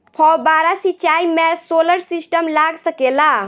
फौबारा सिचाई मै सोलर सिस्टम लाग सकेला?